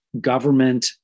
government